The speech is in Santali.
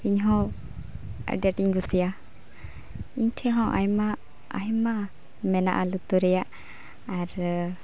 ᱤᱧᱦᱚᱸ ᱟᱰᱤ ᱟᱸᱴᱼᱤᱧ ᱠᱩᱥᱤᱭᱟᱜᱼᱟ ᱤᱧᱴᱷᱮᱱ ᱦᱚᱸ ᱟᱭᱢᱟ ᱟᱭᱢᱟ ᱢᱮᱱᱟᱜᱼᱟ ᱞᱩᱛᱩᱨ ᱨᱮᱭᱟᱜ ᱟᱨ